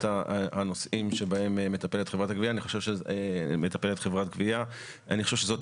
הנושאים שבהם מטפלת חברת גבייה: אני חושב שזאת